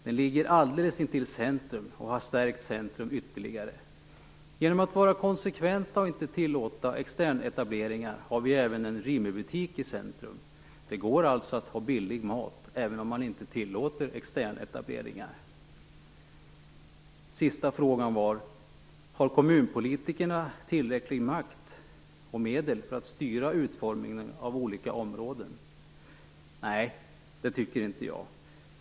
Den ligger alldeles intill centrum och har stärkt centrum ytterligare. Genom att vara konsekventa och inte tillåta externetableringar har vi även en Rimibutik i centrum. Det går alltså att ha billig mat även om man inte tillåter externetableringar." Sista frågan var: "Har kommunpolitikerna tillräckliga maktmedel för att styra utformningen av olika områden? - Nej, det tycker inte jag.